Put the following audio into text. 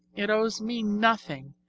it owes me nothing,